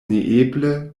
neeble